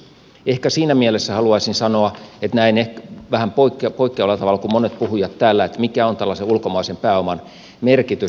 ehkä siinä mielessä haluaisin sanoa että näen ehkä vähän poikkeavalla tavalla kuin monet puhujat täällä mikä on tällaisen ulkomaisen pääoman merkitys